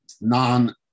non